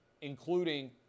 including